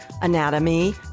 anatomy